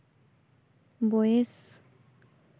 ᱵᱚᱭᱮᱥ